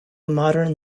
modern